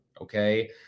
Okay